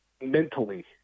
mentally